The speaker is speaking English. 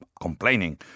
complaining